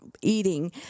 eating